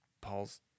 Paul's